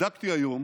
בדקתי היום